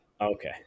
Okay